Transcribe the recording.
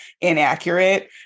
inaccurate